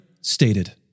stated